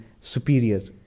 superior